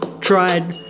tried